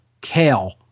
kale